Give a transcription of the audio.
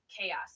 chaos